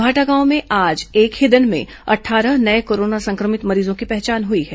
भाटागांव में आज एक ही दिन में अट्ठारह नये कोरोना संक्रमित मरीजों की पहचान हुई है